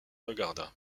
regarda